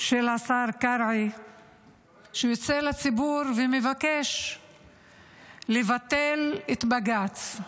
של השר קרעי שיוצא לציבור ומבקש לבטל את בג"ץ,